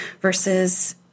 versus